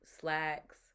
slacks